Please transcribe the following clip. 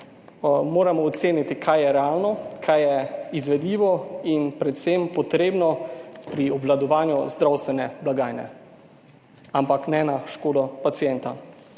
moramo oceniti kaj je realno, kaj je izvedljivo in predvsem potrebno pri obvladovanju zdravstvene blagajne, ampak ne na škodo pacienta.